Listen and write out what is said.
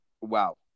wow